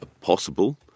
possible